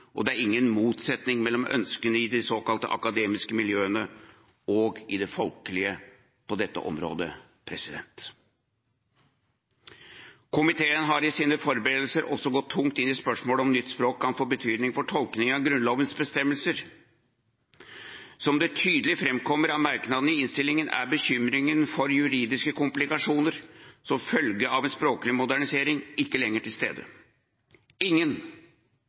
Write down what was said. begrunnelsen. Det er ingen motsetning mellom ønskene i de såkalte akademiske miljøene og i folket på dette området. Komiteen har i sine forberedelser også gått tungt inn i spørsmålet om hvorvidt nytt språk kan få betydning for tolkningen av Grunnlovens bestemmelser. Som det tydelig framkommer av merknadene i innstillinga, er bekymringen for juridiske komplikasjoner som følge av en språklig modernisering ikke lenger til stede. Ingen